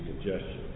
congestion